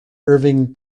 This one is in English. irving